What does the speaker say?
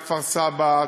כפר-סבא,